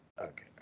Okay